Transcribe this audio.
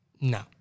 no